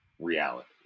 reality